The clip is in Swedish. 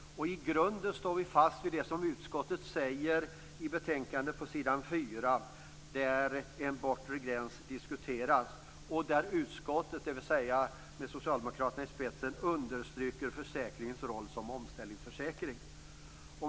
I grunden står vi fast vid det som utskottet säger i betänkandet på s. 4, där en bortre gräns diskuteras. Utskottet, med socialdemokraterna i spetsen, understryker där försäkringens roll som omställningsförsäkring.